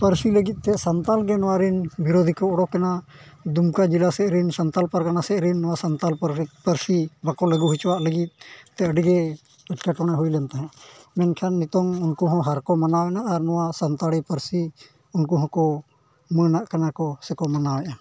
ᱯᱟᱹᱨᱥᱤ ᱞᱟᱹᱜᱤᱫᱼᱛᱮ ᱥᱟᱱᱛᱟᱲᱜᱮ ᱱᱚᱣᱟᱨᱮᱱ ᱵᱤᱨᱳᱫᱷᱤ ᱠᱚ ᱩᱰᱩᱠᱮᱱᱟ ᱫᱩᱢᱠᱟ ᱡᱮᱞᱟ ᱥᱮᱫᱨᱮᱱ ᱥᱟᱱᱛᱟᱞ ᱯᱟᱨᱜᱟᱱᱟ ᱥᱮᱫᱨᱮᱱ ᱱᱚᱣᱟ ᱥᱟᱱᱛᱟᱲ ᱯᱟᱹᱨᱥᱤ ᱵᱟᱠᱚ ᱞᱟᱹᱜᱩ ᱦᱚᱪᱚᱣᱟᱜ ᱞᱟᱹᱜᱤᱫᱼᱛᱮ ᱟᱹᱰᱤᱜᱮ ᱮᱴᱠᱮᱴᱚᱬᱮ ᱦᱩᱭᱞᱮᱱ ᱛᱟᱦᱮᱸᱫ ᱢᱮᱱᱠᱷᱟᱱ ᱱᱤᱛᱚᱜ ᱩᱱᱠᱩᱦᱚᱸ ᱦᱟᱨ ᱠᱚ ᱢᱟᱱᱟᱣᱮᱱᱟ ᱟᱨ ᱱᱚᱣᱟ ᱥᱟᱱᱛᱟᱲᱤ ᱯᱟᱹᱨᱥᱤ ᱩᱱᱠᱩ ᱦᱚᱸᱠᱚ ᱢᱟᱹᱱᱟᱜ ᱠᱟᱱᱟ ᱠᱚ ᱥᱮᱠᱚ ᱢᱟᱱᱟᱣᱮᱫᱼᱟ